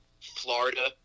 Florida